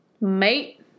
Mate